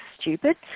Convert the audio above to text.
stupid